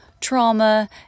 trauma